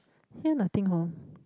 here nothing hor